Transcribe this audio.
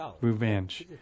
revenge